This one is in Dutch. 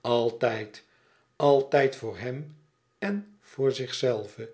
altijd altijd voor hem en voor zichzelve